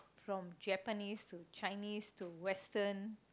from Japanese to Chinese to Western